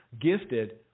gifted